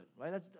right